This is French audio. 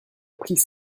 pris